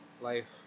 life